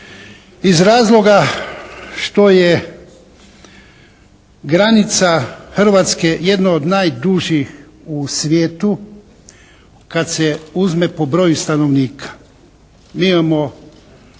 iz razloga što je granica Hrvatske jedno od najdužih u svijetu kad se uzme po broju stanovnika. Mi imamo